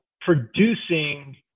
producing